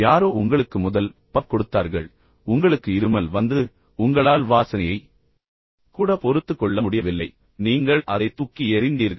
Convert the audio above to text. யாரோ உங்களுக்கு முதல் பஃப் கொடுத்தார்கள் பின்னர் உங்களுக்கு இருமல் வந்தது மற்றும் உங்களால் வாசனையை கூட பொறுத்துக்கொள்ள முடியவில்லை பின்னர் நீங்கள் அதை தூக்கி எறிந்தீர்கள்